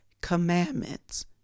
commandments